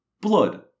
blood